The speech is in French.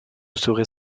serait